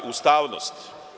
Ustavnost.